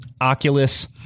Oculus